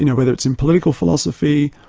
you know whether it's in political philosophy,